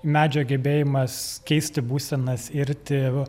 medžio gebėjimas keisti būsenas irti